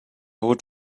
would